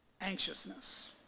Anxiousness